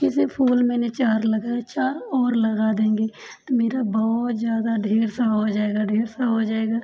जैसे फूल मैंने चार लगाए चार और लगा देंगे तो मेरा बहुत ज़्यादा ढेर सारा हो जाएगा ढेर सारा हो जाएगा